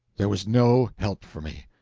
there was no help for me.